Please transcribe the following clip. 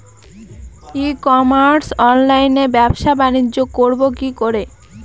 ই commerce অনলাইনে ব্যবসা বানিজ্য করব কি করে?